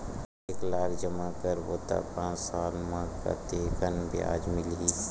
एक लाख जमा करबो त पांच साल म कतेकन ब्याज मिलही?